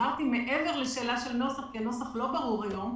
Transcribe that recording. אמרתי מעבר לשאלה של נוסח כי הנוסח לא ברור היום,